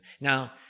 now